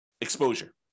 exposure